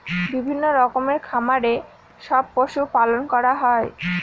বিভিন্ন রকমের খামারে সব পশু পালন করা হয়